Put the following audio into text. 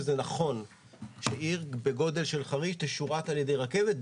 זה נכון שעיר בגודל של חריש תשורת על-ידי רכבת,